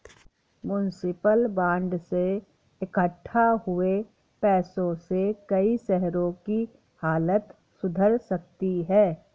municipal bond से इक्कठा हुए पैसों से कई शहरों की हालत सुधर सकती है